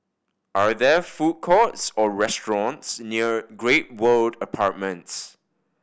are there food courts or restaurants near Great World Apartments